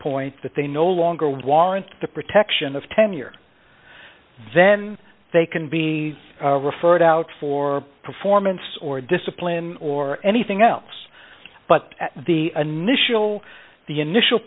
point that they no longer want the protection of tenure then they can be referred out for performance or discipline or anything else but the an issue all the initial